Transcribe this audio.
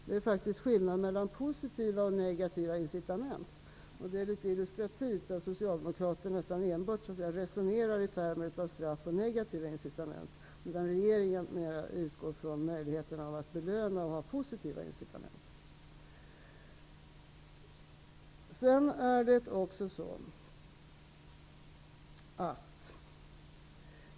Det är faktiskt skillnad mellan positiva och negativa incitament. Det är litet illustrativt att Socialdemokraterna nästan enbart resonerar i termer av straff och negativa incitament, medan regeringen mer utgår från möjligheten att belöna och ge positiva incitament.